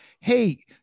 hey